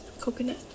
coconut